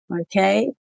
Okay